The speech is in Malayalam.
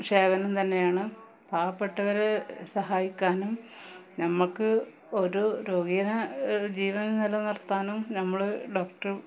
സേവനം തന്നെയാണ് പാവപ്പെട്ടവരെ സഹായിക്കാനും നമുക്ക് ഒരു രോഗീനെ ജീവൻ നിലനിർത്താനും നമ്മള് ഡോക്ടര്